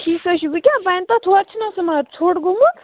ٹھیٖک حظ چھُ وۄنۍ کیٛاہ بَنہِ تَتھ تویتہِ چھُنہٕ حظ سُہ مگر ژھوٚٹ گوٚمُت